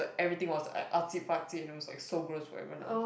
but everything was like artsy fartsy and I was so gross for everyone else